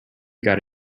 got